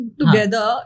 together